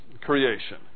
creation